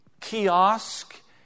kiosk